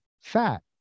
fat